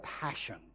passion